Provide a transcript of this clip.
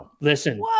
listen